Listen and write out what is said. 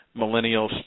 Millennials